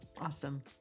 awesome